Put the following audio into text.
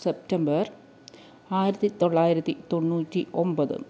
September ആയിരത്തി തൊള്ളായിരത്തി തൊണ്ണൂറ്റി ഒൻപത്